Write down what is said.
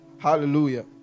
Hallelujah